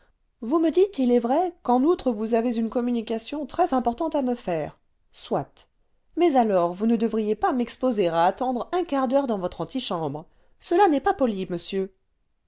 vous me dites il est vrai qu'en outre vous avez une communication très-importante à me faire soit mais alors vous ne devriez pas m'exposer à attendre un quart d'heure dans votre antichambre cela n'est pas poli monsieur